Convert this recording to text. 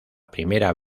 primera